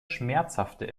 schmerzhafte